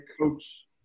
coach